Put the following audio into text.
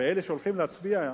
ואלה שהולכים להצביע,